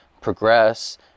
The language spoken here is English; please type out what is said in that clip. progress